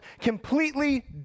completely